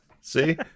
See